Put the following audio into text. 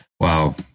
Wow